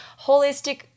holistic